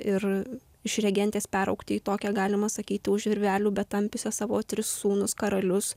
ir iš regentės peraugti į tokią galima sakyti už virvelių betampiusią savo tris sūnus karalius